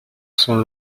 sont